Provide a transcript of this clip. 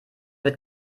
wird